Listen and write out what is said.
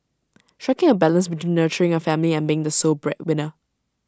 striking A balance between nurturing A family and being the sole breadwinner